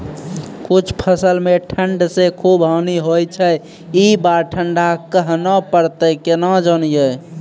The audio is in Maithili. कुछ फसल मे ठंड से खूब हानि होय छैय ई बार ठंडा कहना परतै केना जानये?